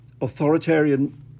authoritarian